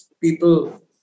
people